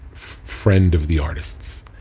friend of the artists.